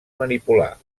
manipular